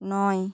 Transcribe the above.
নয়